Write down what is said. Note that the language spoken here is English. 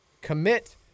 commit